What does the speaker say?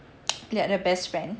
their best friend